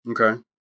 okay